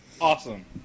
Awesome